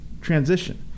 transition